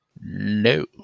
No